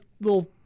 little